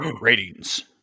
Ratings